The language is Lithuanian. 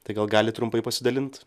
tai gal galit trumpai pasidalint